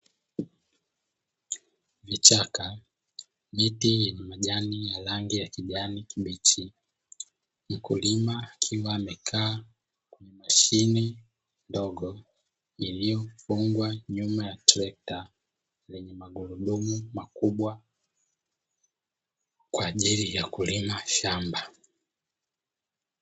Vichaka, miti yenye majani ya rangi ya kijani kibichi, mkulima akiwa amekaa kwenye mashine ndogo iliyofungwa nyuma ya trekta lenye magurudumu makubwa kwaajili ya kulima shamba.